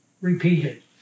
repeated